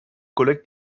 collègues